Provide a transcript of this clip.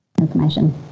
information